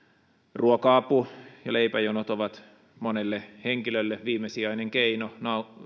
ruoka apu ja leipäjonot ovat monelle henkilölle viimesijainen keino